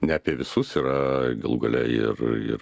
ne apie visus yra galų gale ir ir